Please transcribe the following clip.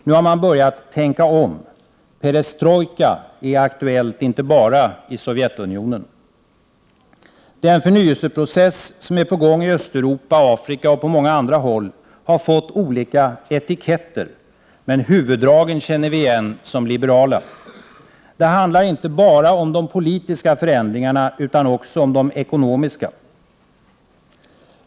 Nu har man börjat tänka om. Perestrojka är aktuell inte bara i Sovjetunionen. Den förnyelseprocess som är på gång i Östeuropa, Afrika och även på andra håll har fått olika etiketter, men huvuddragen känner vi igen som liberala. Det handlar inte bara om de politiska förändringarna utan också om de ekonomiska.